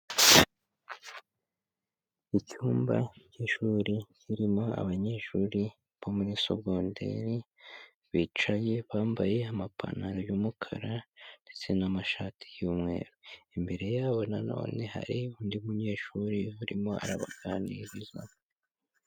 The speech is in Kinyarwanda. Icyumba cy'ishuri kirimo abanyeshuri bo muri sogonderi bicaye bambaye amapantaro y'umukara ndetse n'amashati y'umweru, imbere yabo nanone hari undi munyeshuri urimo arabaganiriza.